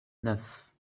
neuf